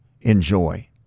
enjoy